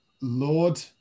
Lord